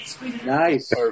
Nice